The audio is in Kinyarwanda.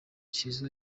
shizzo